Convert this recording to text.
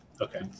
Okay